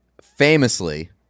famously